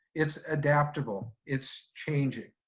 it's adaptable, it's changing,